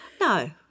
No